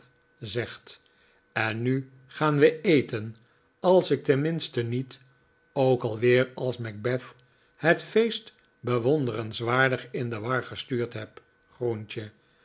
zegt en nu gaan wij eten als ik tenminste niet ook alweer als macheth het feest bewonderenswaardig in de war gestuurd heb groentje